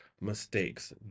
mistakes